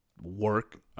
Work